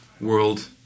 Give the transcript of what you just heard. world